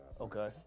Okay